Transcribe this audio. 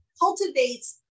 cultivates